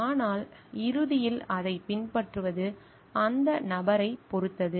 ஆனால் இறுதியில் அதைப் பின்பற்றுவது அந்த நபரைப் பொறுத்தது